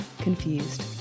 Confused